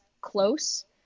close